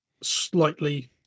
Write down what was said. slightly